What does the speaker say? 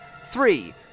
Three